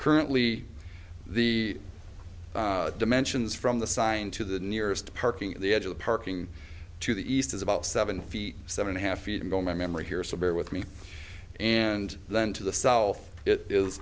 currently the dimensions from the sign to the nearest parking at the edge of the parking to the east is about seven feet seven a half feet and going my memory here so bear with me and then to the south i